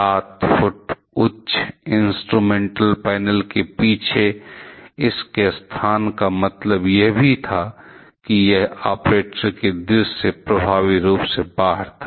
सात फुट उच्च इंस्ट्रुमेंटल पैनल के पीछे इसके स्थान का मतलब यह भी था कि यह ऑपरेटरों की दृष्टि से प्रभावी रूप से बाहर था